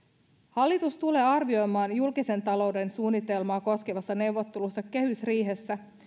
hallitus tulee arvioimaan julkisen talouden suunnitelmaa sitä koskevassa neuvottelussa kehysriihessä